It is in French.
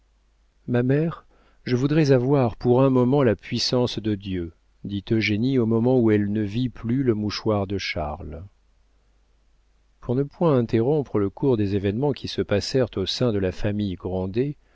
ma mère je voudrais avoir pour un moment la puissance de dieu dit eugénie au moment où elle ne vit plus le mouchoir de charles pour ne point interrompre le cours des événements qui se passèrent au sein de la famille grandet